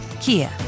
Kia